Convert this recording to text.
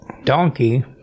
Donkey